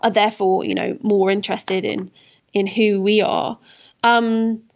ah therefore, you know more interested in in who we are. um